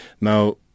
Now